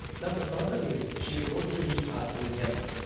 now the problem is she wrote to me asking help.